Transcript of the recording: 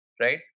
right